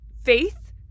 faith